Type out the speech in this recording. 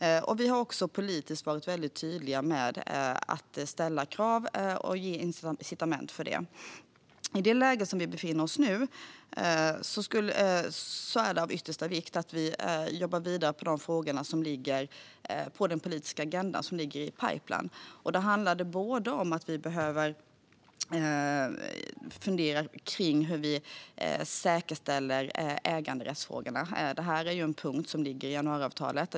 Politiskt har vi varit väldigt tydliga med att ställa krav och ge incitament för det. I det läge som vi befinner oss i nu är det av yttersta vikt att vi jobbar vidare med de frågor som finns på den politiska agenda som ligger i pipeline. Det handlar om att vi behöver fundera kring hur vi säkerställer äganderättsfrågorna. Det här är en punkt som finns med i januariavtalet.